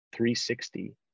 360